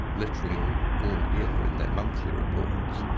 literally all year in their monthly reports.